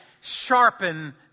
sharpen